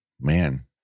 Man